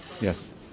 Yes